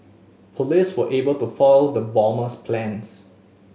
police were able to foil the bomber's plans